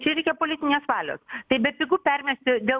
čia reikia politinės valios tai bepigu permesti dėl